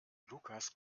lukas